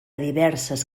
diverses